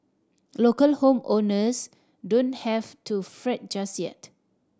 local home owners don't have to fret just yet